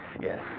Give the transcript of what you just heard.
yes